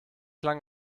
lang